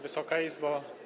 Wysoka Izbo!